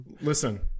Listen